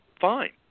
fine